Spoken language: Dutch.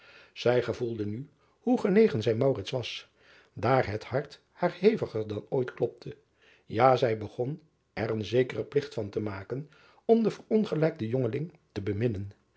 ij gevoelde nu hoe genegen zij was daar het hart haar heviger dan ooit klopte ja zij begon er een zekeren pligt van te maken om den verongelijkten jongeling te